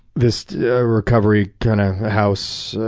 this recovery kind of house.